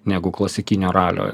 negu klasikinio ralio